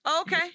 Okay